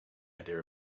idea